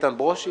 ואיתן ברושי,